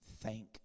Thank